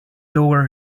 lower